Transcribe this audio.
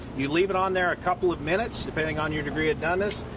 you leave it on there a couple of minutes, depending on your degree of doneness.